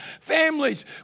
families